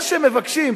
מה שהם מבקשים,